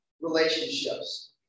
relationships